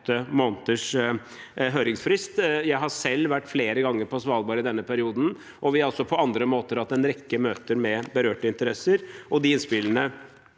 måneders høringsfrist. Jeg har selv vært flere ganger på Svalbard i denne perioden, og vi har også på andre måter hatt en rekke møter med berørte interesser. De innspillene